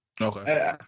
Okay